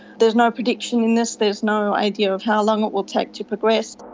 there's no prediction in this, there's no idea of how long it will take to progress.